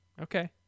Okay